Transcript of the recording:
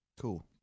Cool